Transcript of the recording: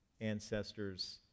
ancestors